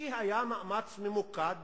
כי היה מאמץ ממוקד